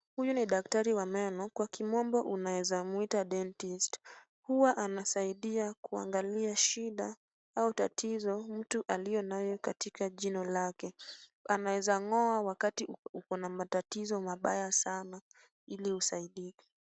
Huyu ni daktari wa meno kwa kimombo unaeza mwita dentist . Huwa anasaidia kuangalia shida au tatizo mtu aliyonayo katika jino lake . Anaeza ngo'a wakati uko na matatizo mabaya sana ili usaidike.